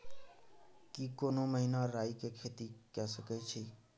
की कोनो महिना राई के खेती के सकैछी?